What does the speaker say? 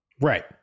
Right